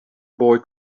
boy